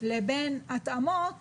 לבין התאמות